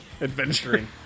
Adventuring